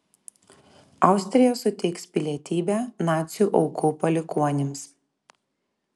austrija suteiks pilietybę nacių aukų palikuonims